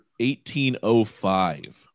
1805